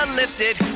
lifted